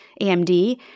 AMD